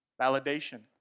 Validation